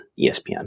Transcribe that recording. ESPN